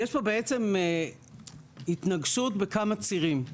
יש פה התנגשות בכמה צירים.